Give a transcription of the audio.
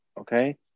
Okay